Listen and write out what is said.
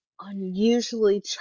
unusually